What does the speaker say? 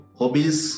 hobbies